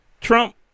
trump